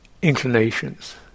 inclinations